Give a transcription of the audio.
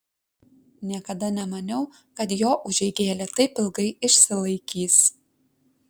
niekada nemaniau kad jo užeigėlė taip ilgai išsilaikys